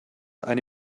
eine